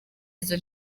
izo